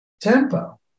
tempo